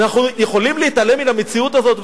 אנחנו יכולים להתעלם מן המציאות הזאת?